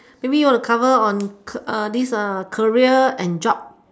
maybe want to cover on this career and job